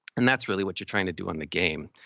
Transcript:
and that's really what you're trying to do on the game.